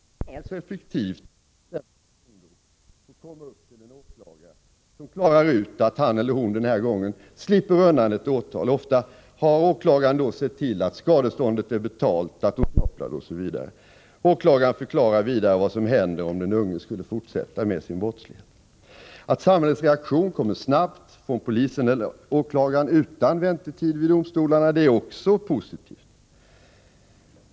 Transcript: I själva verket är det väl så effektivt om t.ex. en ungdom får komma upp till en åklagare som klarar ut att han eller hon den här gången slipper undan ett åtal. Ofta har åklagaren då sett till att skadeståndet är betalt, att de sociala myndigheterna är inkopplade osv. Åklagaren förklarar vidare vad som händer om den unge skulle fortsätta med sin brottslighet. Att samhällets reaktion kommer snabbt, från polis eller åklagare utan väntetid vid domstol, är också positivt.